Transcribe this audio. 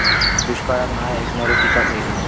दुष्काळाक नाय ऐकणार्यो पीका खयली?